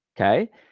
Okay